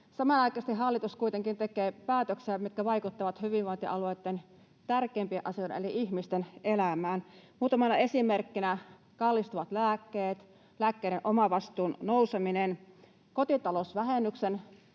Samanaikaisesti hallitus kuitenkin tekee päätöksiä, mitkä vaikuttavat hyvinvointialueitten tärkeimpien asioiden eli ihmisten elämään. Muutamana esimerkkinä: kallistuvat lääkkeet, lääkkeiden omavastuun nouseminen, kotitalousvähennyksen